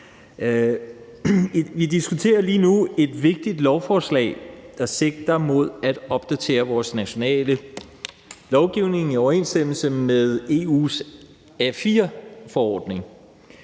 Vi diskuterer lige nu et vigtigt lovforslag, der sigter mod at opdatere vores nationale lovgivning i overensstemmelse med EU's AFI-forordning.